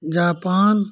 Japan